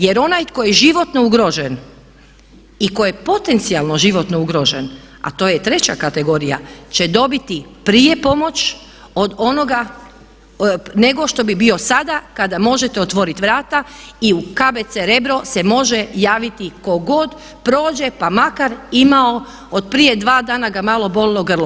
Jer onaj koji je životno ugrožen i koji je potencijalno životno ugrožen a to je treća kategorija će dobiti prije pomoć od onoga nego što bi bio sada kada možete otvoriti vrata i u KBC Rebro se može javiti tko god prođe pa makar imao, od prije dva dana ga malo boljelo grlo.